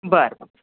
बरं बर